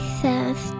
says